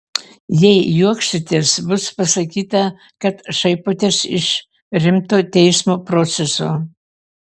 jei juoksitės bus pasakyta kad šaipotės iš rimto teismo proceso